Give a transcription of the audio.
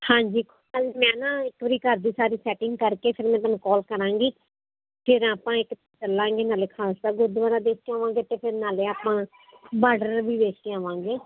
ਹਾਂਜੀ ਮੈਂ ਨਾ ਇੱਕ ਵਾਰ ਘਰ ਦੀ ਸਾਰੀ ਸੈਟਿੰਗ ਕਰਕੇ ਫਿਰ ਮੈਂ ਤੁਹਾਨੂੰ ਕਾਲ ਕਰਾਂਗੀ ਫਿਰ ਆਪਾਂ ਇੱਕ ਚੱਲਾਂਗੇ ਨਾਲੇ ਖਾਲਸਾ ਗੁਰਦੁਆਰਾ ਦੇਖ ਕੇ ਆਵਾਂਗੇ ਅਤੇ ਫਿਰ ਨਾਲੇ ਆਪਾਂ ਬਾਰਡਰ ਵੀ ਵੇਖ ਕੇ ਆਵਾਂਗੇ